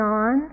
on